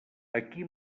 aquí